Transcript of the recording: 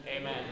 Amen